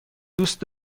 دوست